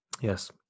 yes